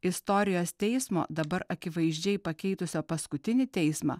istorijos teismo dabar akivaizdžiai pakeitusio paskutinį teismą